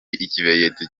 ikimenyetso